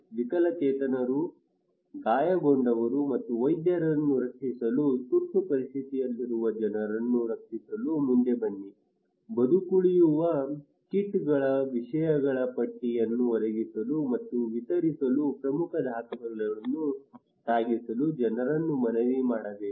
ವಿಕಲಚೇತನರು ಗಾಯಗೊಂಡವರು ಮತ್ತು ವೃದ್ಧರನ್ನು ರಕ್ಷಿಸಲು ತುರ್ತು ಪರಿಸ್ಥಿತಿಯಲ್ಲಿರುವ ಜನರನ್ನು ರಕ್ಷಿಸಲು ಮುಂದೆ ಬನ್ನಿ ಬದುಕುಳಿಯುವ ಕಿಟ್ಗಳ ವಿಷಯಗಳ ಪಟ್ಟಿಯನ್ನು ಒದಗಿಸಲು ಮತ್ತು ವಿತರಿಸಲು ಪ್ರಮುಖ ದಾಖಲೆಗಳನ್ನು ಸಾಗಿಸಲು ಜನರನ್ನು ಮನವಿ ಮಾಡಬೇಕು